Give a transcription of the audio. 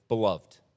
Beloved